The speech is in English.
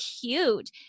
cute